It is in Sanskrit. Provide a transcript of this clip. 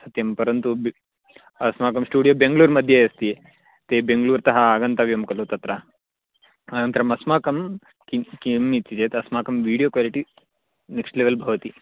सत्यं परन्तु व् अस्माकं स्टुडियो बेङ्ग्ळूर् मध्ये अस्ति ते बेङ्ग्लूर् तः आगन्तव्यं खलु तत्र अनन्तरम् अस्माकं किञ् किम् इति चेत् अस्माकं वीडियो क्वालिटि नेक्स्ट् लेवेल् भवति